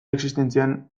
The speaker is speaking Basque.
existentzian